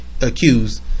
accused